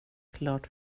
klart